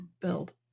build